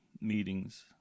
meetings